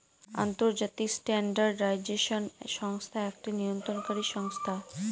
আন্তর্জাতিক স্ট্যান্ডার্ডাইজেশন সংস্থা একটি নিয়ন্ত্রণকারী সংস্থা